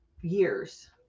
years